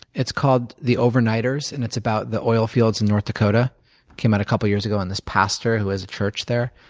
it's called the overnighters and it's about the oil fields in north dakota. it came out a couple of years ago on this pastor who has a church there.